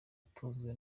atunzwe